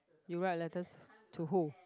you write letters to who